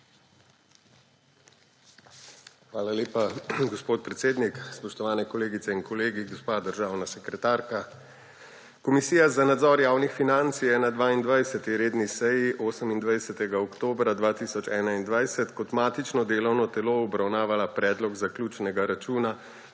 Hvala lepa, gospod predsednik. Spoštovane kolegice in kolegi, gospa državna sekretarka! Komisija za nadzor javnih financ je na 22. redni seji 28. oktobra 2021 kot matično delovno telo obravnavala predlog zaključnega računa